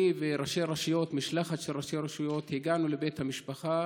אני ומשלחת של ראשי רשויות הגענו לבית המשפחה